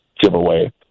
giveaway